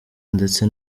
ndetse